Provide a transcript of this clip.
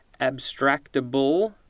Abstractable